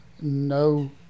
no